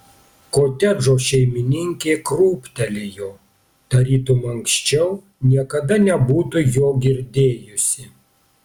kotedžo šeimininkė krūptelėjo tarytum anksčiau niekada nebūtų jo girdėjusi